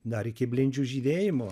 dar iki blindžių žydėjimo